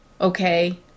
okay